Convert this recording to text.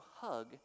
hug